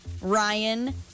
Ryan